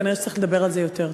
כנראה צריך לדבר על זה יותר.